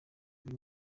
buri